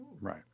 Right